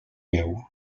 veu